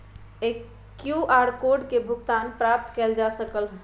QR code से भुगतानो प्राप्त कएल जा सकल ह